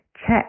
check